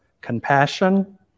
compassion